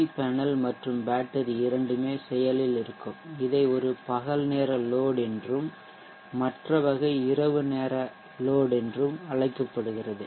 we panel மற்றும் battery இரண்டுமே செயலில் இருக்கும் இதை ஒரு பகல் நேர லோட் என்றும் மற்ற வகை இரவு நேர லோட் என்றும் அழைக்கப்படுகிறது